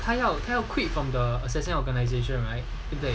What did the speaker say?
他要他要 quit from the assassin organisation right